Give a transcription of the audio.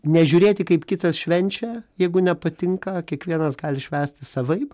nežiūrėti kaip kitas švenčia jeigu nepatinka kiekvienas gali švęsti savaip